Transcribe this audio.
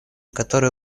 который